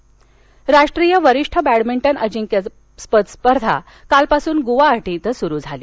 badminton राष्ट्रीय वरिष्ठ badminton अजिंक्यपद स्पर्धा कालपासून गुवाहाटी इथं सुरु झाली